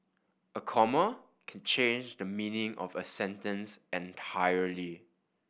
a comma can change the meaning of a sentence entirely